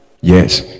Yes